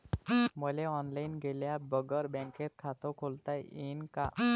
मले ऑनलाईन गेल्या बगर बँकेत खात खोलता येईन का?